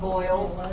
Boils